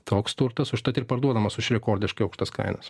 toks turtas užtat ir parduodamas už rekordiškai aukštas kainas